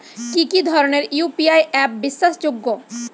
কি কি ধরনের ইউ.পি.আই অ্যাপ বিশ্বাসযোগ্য?